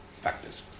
factors